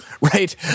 Right